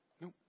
Nope